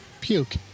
Puke